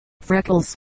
freckles